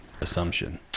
assumption